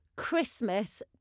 Christmas